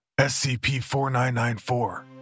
SCP-4994